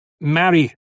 marry